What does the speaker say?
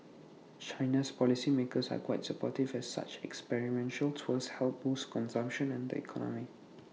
China's policy makers are quite supportive as such experiential tours help boost consumption and the economy